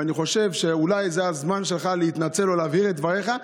ואני חושב שאולי זה הזמן שלך להתנצל או להבהיר את דבריך,